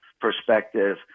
perspective